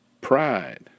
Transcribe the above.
pride